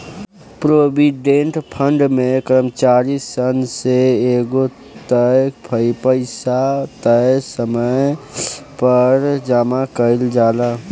provident fund में कर्मचारी सन से एगो तय पइसा तय समय पर जामा कईल जाला